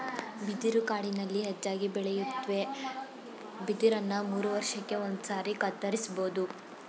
ಬಿದಿರು ಕಾಡಿನಲ್ಲಿ ಹೆಚ್ಚಾಗಿ ಬೆಳೆಯುತ್ವೆ ಬಿದಿರನ್ನ ಮೂರುವರ್ಷಕ್ಕೆ ಒಂದ್ಸಾರಿ ಕತ್ತರಿಸ್ಬೋದು